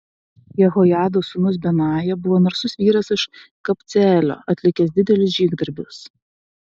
jehojados sūnus benaja buvo narsus vyras iš kabceelio atlikęs didelius žygdarbius